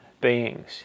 beings